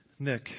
Nick